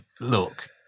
look